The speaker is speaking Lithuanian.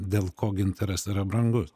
dėl ko gintaras yra brangus